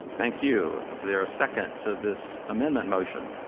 thank you. is there a second to this amendment motion?